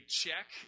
check